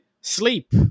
sleep